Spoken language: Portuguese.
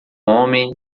homem